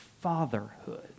fatherhood